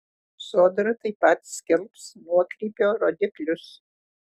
sodra taip pat skelbs nuokrypio rodiklius